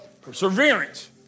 perseverance